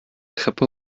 treppe